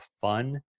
fun